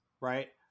right